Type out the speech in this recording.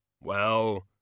Well